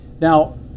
Now